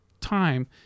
time